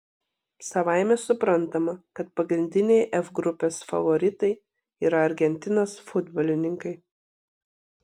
savaime suprantama kad pagrindiniai f grupės favoritai yra argentinos futbolininkai